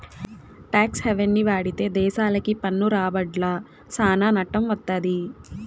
talks హెవెన్ని వాడితే దేశాలకి పన్ను రాబడ్ల సానా నట్టం వత్తది